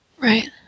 Right